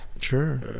Sure